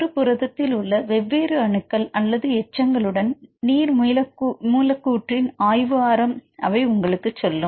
ஒரு புரதத்தில் உள்ள வெவ்வேறு அணுக்கள் அல்லது எச்சங்களுடன் நீர் மூலக்கூறின் ஆய்வு ஆரம் அவை உங்களுக்குச் சொல்லும்